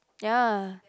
ya